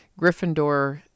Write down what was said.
Gryffindor